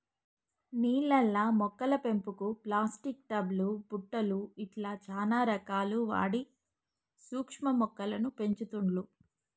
నీళ్లల్ల మొక్కల పెంపుకు ప్లాస్టిక్ టబ్ లు బుట్టలు ఇట్లా చానా రకాలు వాడి సూక్ష్మ మొక్కలను పెంచుతుండ్లు